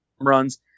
runs